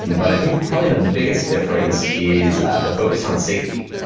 but i think probably the biggest difference is the focus on safety.